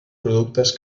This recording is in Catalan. productes